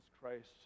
Christ